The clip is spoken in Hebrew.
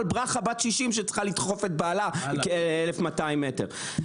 על ברכה בת 60 שצריכה לדחוף את בעלה 1,200 מטר.